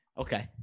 Okay